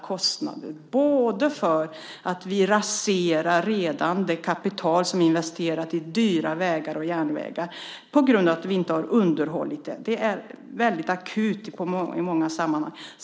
Först får de betala för att vi raserar det kapital vi redan har investerat i dyra vägar och järnvägar genom att vi inte har underhållit dessa. Det är väldigt akut i många sammanhang.